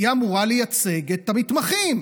היא אמורה לייצג את המתמחים,